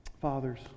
Fathers